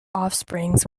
offspring